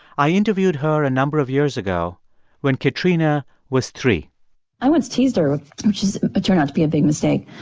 i interviewed her a number of years ago when katrina was three point i once teased her which turned out to be a big mistake.